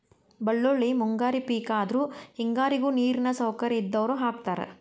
ಬಳ್ಳೋಳ್ಳಿ ಮುಂಗಾರಿ ಪಿಕ್ ಆದ್ರು ಹೆಂಗಾರಿಗು ನೇರಿನ ಸೌಕರ್ಯ ಇದ್ದಾವ್ರು ಹಾಕತಾರ